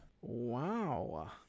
Wow